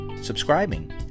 subscribing